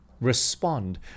respond